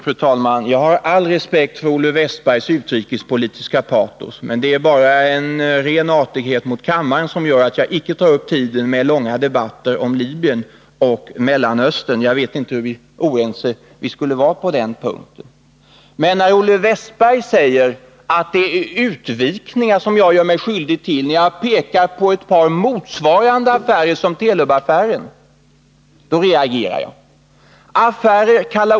Fru talman! Jag har all respekt för Olle Wästbergs i Stockholm utrikespolitiska patos. Det är bara av artighet mot kammaren som jag icke tar upp tiden med långa debatter om Libyen och Mellanöstern. Jag vet inte hur oense vi skulle vara på den punkten. Men när Olle Wästberg säger att det är utvikningar jag gör när jag visar på ett par motsvarande affärer reagerar jag.